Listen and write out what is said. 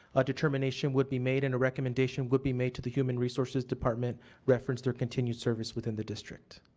a determination would be made and a recommendation would be made to the human resources department reference their continued service within the district.